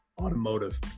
Automotive